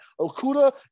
Okuda